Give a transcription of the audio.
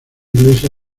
iglesia